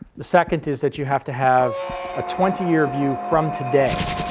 the second is that you have to have a twenty year view from today.